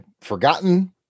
forgotten